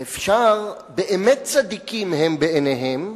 או אפשר באמת צדיקים הם בעיניהם,